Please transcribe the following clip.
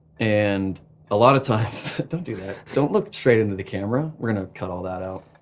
and a lot of times don't do that. don't look straight into the camera. we're gonna cut all that out.